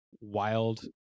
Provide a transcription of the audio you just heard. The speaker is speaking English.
wild